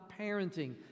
parenting